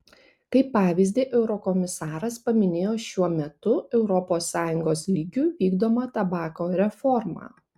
kaip pavyzdį eurokomisaras paminėjo šiuo metu europos sąjungos lygiu vykdomą tabako reformą